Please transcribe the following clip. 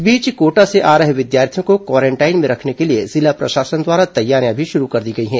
इस बीच कोटा से आ रहे विद्यार्थियों को क्वारेंटाइन में रखने के लिए जिला प्रशासन द्वारा तैयारियां भी शुरू कर दी गई है